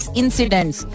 incidents